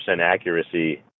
accuracy